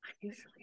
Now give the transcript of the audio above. usually